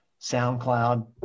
SoundCloud